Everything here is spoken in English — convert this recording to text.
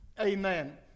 Amen